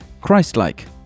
Christ-like